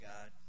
God